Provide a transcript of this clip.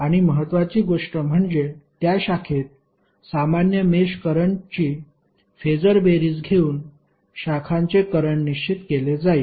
आणि महत्त्वाची गोष्ट म्हणजे त्या शाखेत सामान्य मेष करंटची फेसर बेरीज घेऊन शाखांचे करंट निश्चित केले जाईल